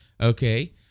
Okay